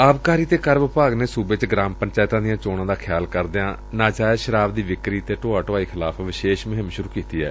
ਆਬਕਾਰੀ ਅਤੇ ਕਰ ਵਿਭਾਗ ਨੇ ਸੂਬੇ ਚ ਗਰਾਮ ਪੰਚਾਇਤਾਂ ਦੀਆਂ ਚੋਣਾਂ ਦਾ ਖਿਆਲ ਕਰਦਿਆ ਨਾਜਾਇਜ਼ ਸ਼ਰਾਬ ਦੀ ਵਿਕਰੀ ਅਤੇ ਢੋਆ ਢੋਆਈ ਖਿਲਾਫ਼ ਵਿਸ਼ੇਸ਼ ਮੁਹਿੰਮ ਸੁਰੂ ਕੀਤੀ ਏ